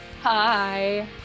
Hi